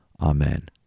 amen